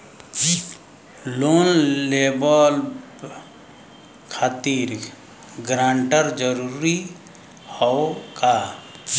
Loan लेवब खातिर guarantor जरूरी हाउ का?